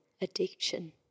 addiction